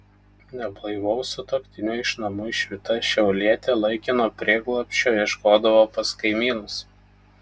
neblaivaus sutuoktinio iš namų išvyta šiaulietė laikino prieglobsčio ieškodavo pas kaimynus